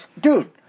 Dude